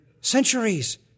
centuries